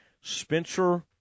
Spencer